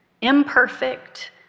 imperfect